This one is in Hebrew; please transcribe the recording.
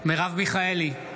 מרב מיכאלי,